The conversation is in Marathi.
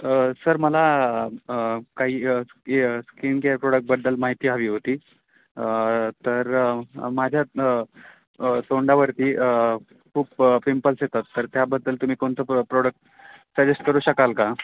सर मला काही स्किनकेअर प्रोडक्टबद्दल माहिती हवी होती तर माझ्या तोंडावरती खूप पिंपल्स येतात तर त्याबद्दल तुम्ही कोणतं प्र प्रोडक्ट सजेस्ट करू शकाल का